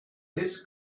this